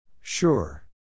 Sure